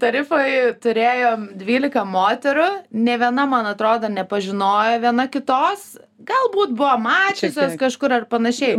tarifoj turėjom dvylika moterų nė viena man atrodo nepažinojo viena kitos galbūt buvo mačiusios kažkur ar panašiai